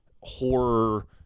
horror